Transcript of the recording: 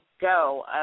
go